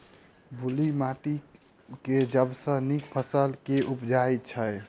बलुई माटि मे सबसँ नीक फसल केँ उबजई छै?